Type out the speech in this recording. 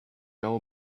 know